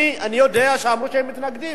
אני יודע שאמרו שהם מתנגדים.